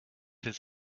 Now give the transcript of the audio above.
his